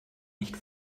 nicht